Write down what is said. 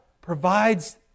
provides